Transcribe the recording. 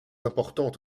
importantes